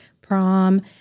prom